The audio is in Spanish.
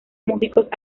músicos